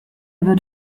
wird